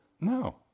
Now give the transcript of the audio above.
No